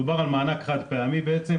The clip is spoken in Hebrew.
מדובר על מענק חד-פעמי בעצם,